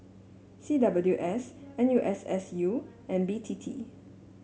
C W S N U S S U and B T T